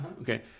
Okay